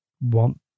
want